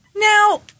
Now